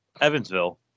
Evansville